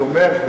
אני אומר,